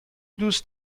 دوست